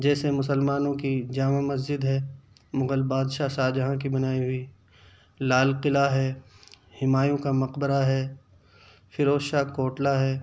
جیسے مسلمانوں کی جامع مسجد ہے مغل بادشاہ شاہجہاں کی بنائی ہوئی لال قلعہ ہے ہمایوں کا مقبرہ ہے فیروز شاہ کوٹلہ ہے